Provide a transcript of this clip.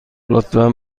لطفا